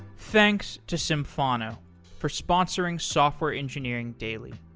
thanks to symphono for sponsoring software engineering daily.